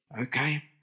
okay